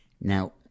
Now